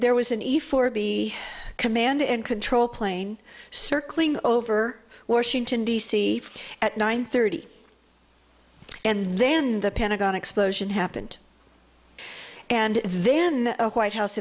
there was an easy for be command and control plane circling over washington d c at nine thirty and then the pentagon explosion happened and then the white house